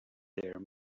their